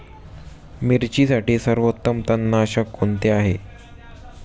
मिरचीसाठी सर्वोत्तम तणनाशक कोणते आहे?